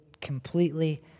completely